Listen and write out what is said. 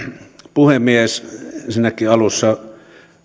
puhemies ensinnäkin